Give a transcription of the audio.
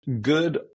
good